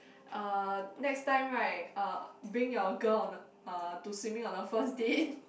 uh next time right uh bring your girl on a uh to swimming on the first date